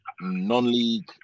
non-league